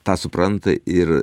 tą supranta ir